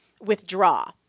withdraw